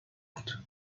بود